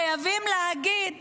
חייבים להגיד